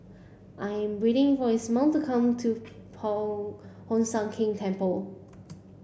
I'm waiting for Ismael to come to Hoon Sian Keng Temple